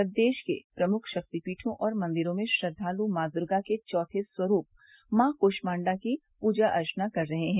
प्रदेश के प्रमुख शक्तिपीठों और मंदिरों में श्रद्वालु मां दुर्गा के चौथे स्वरूप मांक्रमण्डा की पूजा अर्चना कर रहे हैं